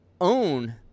own